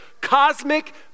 cosmic